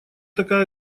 такая